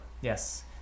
Yes